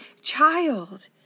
child